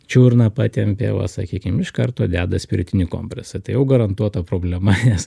čiurną patempė va sakykim iš karto deda spiritinį kompresą tai jau garantuota problema nes